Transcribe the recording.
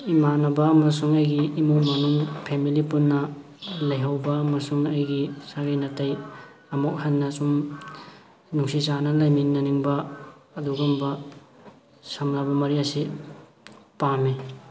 ꯏꯃꯥꯟꯅꯕ ꯑꯃꯁꯨꯡ ꯑꯩꯒꯤ ꯏꯃꯨꯡ ꯃꯅꯨꯡ ꯐꯦꯃꯤꯂꯤ ꯄꯨꯟꯅ ꯂꯩꯍꯧꯕ ꯑꯃꯁꯨꯡ ꯑꯩꯒꯤ ꯁꯥꯒꯩ ꯅꯥꯇꯩ ꯑꯃꯨꯛ ꯍꯟꯅ ꯁꯨꯝ ꯅꯨꯡꯁꯤ ꯆꯥꯟꯅꯅ ꯂꯩꯃꯤꯟꯅꯅꯤꯡꯕ ꯑꯗꯨꯒꯨꯝꯕ ꯁꯝꯅꯕ ꯃꯔꯤ ꯑꯁꯤ ꯄꯥꯝꯃꯤ